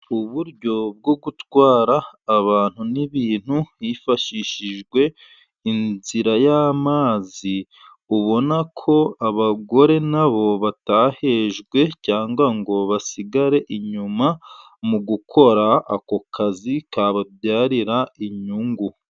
Uburyo bwo gutwara abantu n'ibintu hifashishijwe inzira y'amazi. Ubona ko abagore na bo batahejwe cyangwa ngo basigare inyuma mu gukora ako kazi kababyarira inyungu.